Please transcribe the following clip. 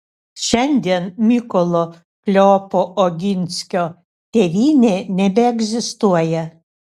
šiandien mykolo kleopo oginskio tėvynė nebeegzistuoja